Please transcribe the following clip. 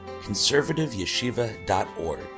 conservativeyeshiva.org